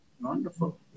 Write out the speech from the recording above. Wonderful